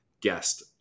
guest